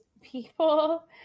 people